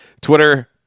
Twitter